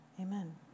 amen